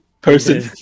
person